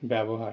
ব্যবহার